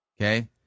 Okay